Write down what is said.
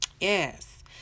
Yes